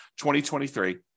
2023